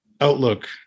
Outlook